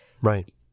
right